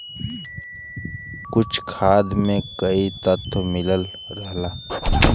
कुछ खाद में कई तत्व मिलल रहला